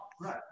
Right